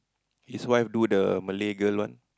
his wife do the Malay girl one